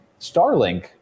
Starlink